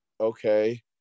okay